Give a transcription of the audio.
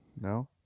no